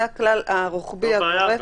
זה הכלל הרוחבי הגורף.